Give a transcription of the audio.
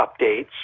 updates